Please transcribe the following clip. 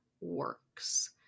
works